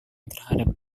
terhadap